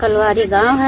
कलवारी गांव है